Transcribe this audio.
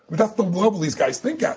that's the level these guys think at.